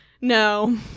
No